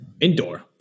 indoor